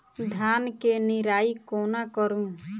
धान केँ निराई कोना करु?